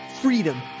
freedom